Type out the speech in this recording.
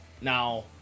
Now